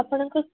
ଆପଣଙ୍କ